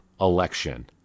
election